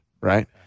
right